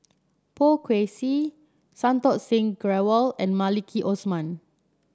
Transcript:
Poh Kay Swee Santokh Singh Grewal and Maliki Osman